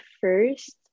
first